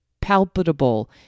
palpable